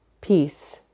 peace